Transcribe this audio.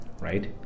right